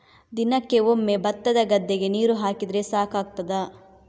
ದಿನಕ್ಕೆ ಒಮ್ಮೆ ಭತ್ತದ ಗದ್ದೆಗೆ ನೀರು ಹಾಕಿದ್ರೆ ಸಾಕಾಗ್ತದ?